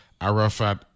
Arafat